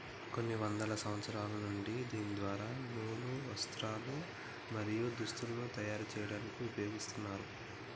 కొన్ని వందల సంవత్సరాల నుండి దీని ద్వార నూలు, వస్త్రాలు, మరియు దుస్తులను తయరు చేయాడానికి ఉపయోగిస్తున్నారు